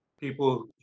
people